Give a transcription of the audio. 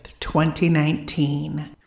2019